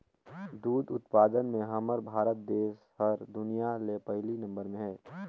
दूद उत्पादन में हमर भारत देस हर दुनिया ले पहिले नंबर में हे